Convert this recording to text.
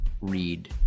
read